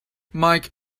mike